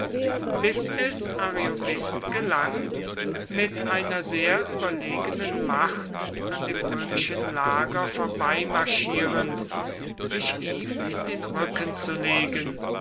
bis es ariovist gelang mit seiner sehr überlegenen macht an dem römischen lager vorbeimarschierend sich ihm in den rücken zu legen